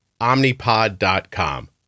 Omnipod.com